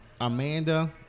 Amanda